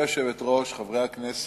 גברתי היושבת-ראש, חברי הכנסת,